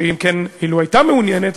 כי אילו הייתה מעוניינת,